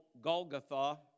Golgotha